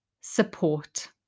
support